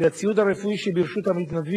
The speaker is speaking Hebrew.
המתנדבים